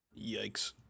yikes